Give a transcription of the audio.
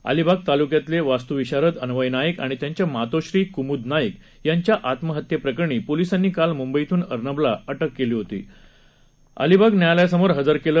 अलिबाग तालुक्यातले वास्तुविशारद अन्वय नाईक आणि त्यांच्या मातोश्री कुमूद नाईक यांच्या आत्महत्येप्रकरणी पोलिसांनी काल मुंबईतून अर्नबला अ क्रि करुन अलिबाग न्यायालयासमोर हजर केलं